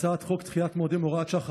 הצעת חוק דחיית מועדים (הוראת שעה,